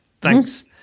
Thanks